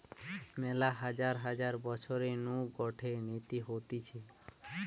মেলা হাজার হাজার বছর নু গটে নীতি হতিছে